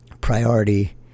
priority